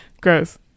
Gross